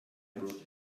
brought